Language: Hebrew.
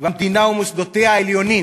והמדינה ומוסדותיה עליונים.